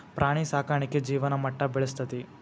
ಪ್ರಾಣಿ ಸಾಕಾಣಿಕೆ ಜೇವನ ಮಟ್ಟಾ ಬೆಳಸ್ತತಿ